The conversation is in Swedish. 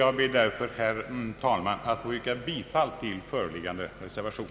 Jag ber därför, herr talman, att få yrka bifall till föreliggande reservation.